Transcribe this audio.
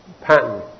pattern